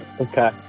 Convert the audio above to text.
Okay